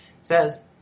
says